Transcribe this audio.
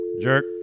Jerk